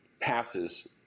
passes